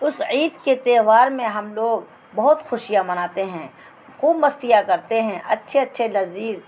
اس عید کے تہوار میں ہم لوگ بہت خوشیاں مناتے ہیں خوب مستیاں کرتے ہیں اچھے اچھے لذیذ